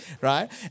right